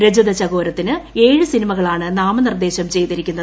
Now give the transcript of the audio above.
രജതചകോരത്തിന് ഏഴ് സിനിമകളാണ് നാമനിർദ്ദേശം ചെയ്തിരിക്കുന്നത്